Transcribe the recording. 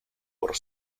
por